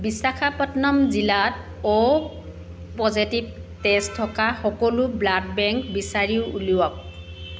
বিশাখাপট্টনম জিলাত O positive তেজ থকা সকলো ব্লাড বেংক বিচাৰি উলিয়াওক